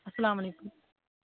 اَسلامُ علیکُم